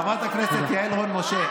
חברת הכנסת יעל רון בן משה,